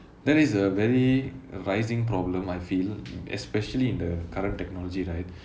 that is a very rising problem I feel especially in the current technology right